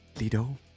Lido